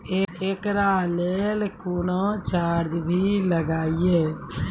एकरा लेल कुनो चार्ज भी लागैये?